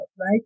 right